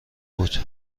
بود